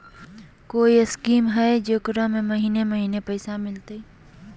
कोइ स्कीमा हय, जेकरा में महीने महीने पैसा मिलते?